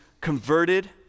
converted